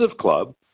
club